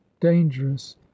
dangerous